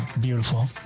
beautiful